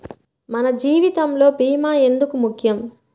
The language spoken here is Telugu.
మన జీవితములో భీమా ఎందుకు ముఖ్యం?